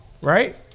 Right